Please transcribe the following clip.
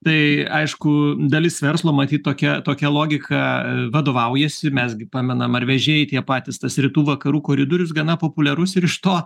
tai aišku dalis verslo matyt tokia tokia logika vadovaujasi mes gi pamenam ar vežėjai tie patys tas rytų vakarų koridorius gana populiarus ir iš to